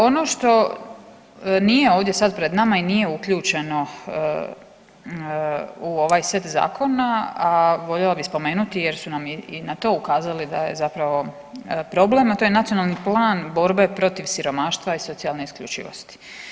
Ono što nije ovdje sad pred nama i nije uključeno u ovaj set zakona, a voljela bih spomenuti jer su nam i na to ukazali da je zapravo problem, a to je Nacionalni plan borbe protiv siromaštva i socijalne isključivosti.